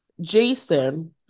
Jason